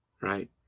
Right